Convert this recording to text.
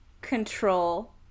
control